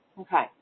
Okay